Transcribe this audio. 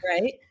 right